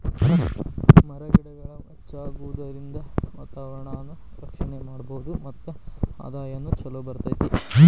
ಮರ ಗಿಡಗಳ ಹೆಚ್ಚಾಗುದರಿಂದ ವಾತಾವರಣಾನ ರಕ್ಷಣೆ ಮಾಡಬಹುದು ಮತ್ತ ಆದಾಯಾನು ಚುಲೊ ಬರತತಿ